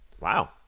Wow